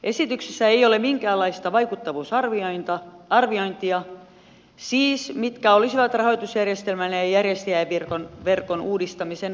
esityksessä ei ole minkäänlaista vaikuttavuusarviointia mitkä olisivat rahoitusjärjestelmän ja järjestäjäverkon uudistamisen yhteisvaikutukset